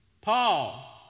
Paul